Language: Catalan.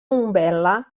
umbel·la